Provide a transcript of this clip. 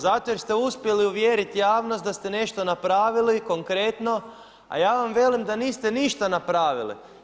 Zato jer ste uspjeli uvjeriti javnost da ste nešto napravili konkretno, a ja vam velim da niste ništa napravili.